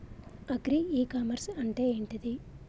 Agri e commerce అంటే ఏంటిది?